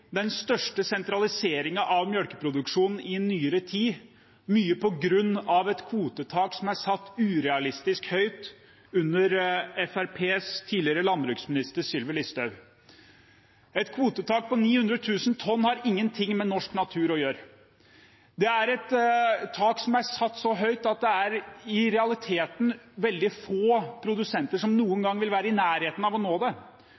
den største sentraliseringen av melkeproduksjon i nyere tid, mye på grunn av et kvotetak som er satt urealistisk høyt under Fremskrittspartiets tidligere landbruksminister Sylvi Listhaug. Et kvotetak på 900 000 tonn har ingenting med norsk natur å gjøre. Det er et tak som er satt så høyt at det i realiteten er veldig få produsenter som noen gang vil være i nærheten av å nå det.